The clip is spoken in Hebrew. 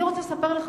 אני רוצה לספר לך,